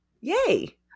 Yay